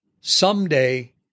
someday